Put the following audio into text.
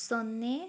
ಸೊನ್ನೆ